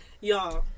y'all